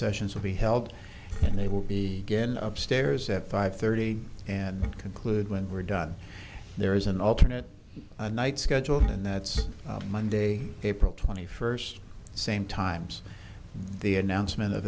sessions will be held and they will be again upstairs at five thirty and conclude when we're done there is an alternate night schedule and that's monday april twenty first same times the announcement of